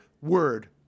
word